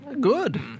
Good